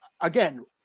again